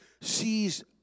sees